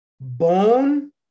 Bone